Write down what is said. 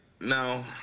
no